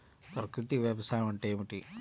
ప్రకృతి వ్యవసాయం అంటే ఏమిటి?